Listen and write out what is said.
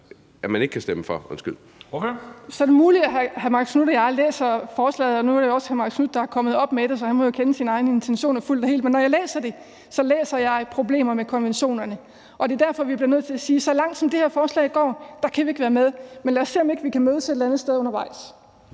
Kathrine Olldag (RV): Så er det muligt, at hr. Marcus Knuth og jeg læser forslaget forskelligt. Nu er det hr. Marcus Knuth, der har fremsat det, så han må jo kende sine egne intentioner fuldt og helt, men når jeg læser det, læser jeg problemer med konventionerne, og det er derfor, vi bliver nødt til at sige, at så langt som det her forslag går, kan vi ikke være med. Men lad os se, om vi ikke kan mødes et eller andet sted undervejs.